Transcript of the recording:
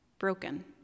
broken